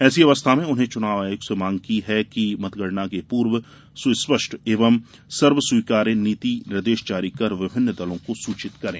ऐसी अवस्था में उन्होंने चुनाव आयोग से मांग है कि मतगणना के पूर्व सुस्पष्ट एवं सर्वस्वीकार्य नीति निर्देश जारी कर विभिन्न दर्लों को सूचित करें